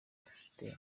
dufite